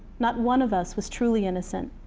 not one of us was truly innocent,